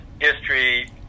history